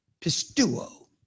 Pistuo